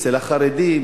אצל החרדים,